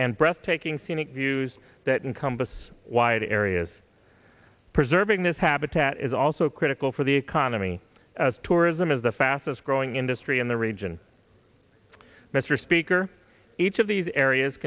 and breathtaking scenic views that encompasses wide areas preserving this habitat is also critical for the economy as tourism is the fastest growing industry in the region mr speaker each of these areas